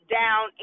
down